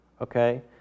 okay